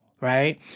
Right